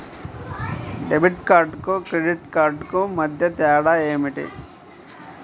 Debit కార్డుకు credit కార్డుకు మధ్య తేడా ఏమిటీ?